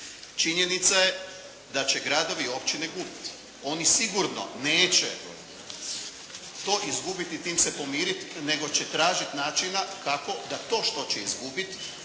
činjenica je da će gradovi i općine gubiti. Oni sigurno neće to izgubiti, tim se pomiriti, nego će tražiti načina kako da to što će izgubiti